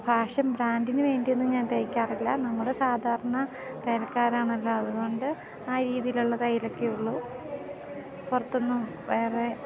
fashion ബ്രാൻഡിന് വേണ്ടിയൊന്നും ഞാൻ തയ്ക്കാറില്ല നമ്മുടെ സാധാരണ തയ്യൽക്കാരാണല്ലോ അത്കൊണ്ട് ആ രീതിയിൽ ഉള്ള തയ്യലൊക്കെയെ ഉള്ളു പുറത്തൊന്നും വേറെ